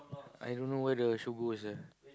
I dunno where the shoe go sia